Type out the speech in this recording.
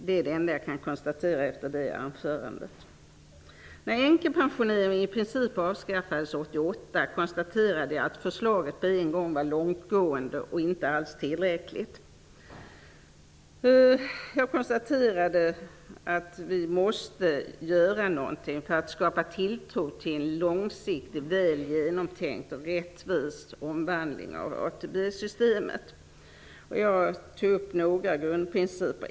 Det är det enda som jag kan konstatera efter hans anförande. ansåg jag att förslaget var för långtgående och inte alls tillräckligt. Vi var tvungna att göra någonting för att skapa tilltro till en långsiktig, väl genomtänkt och rättvis omvandling av ATP-systemet. Jag tog upp några grundprinciper.